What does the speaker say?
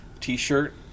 t-shirt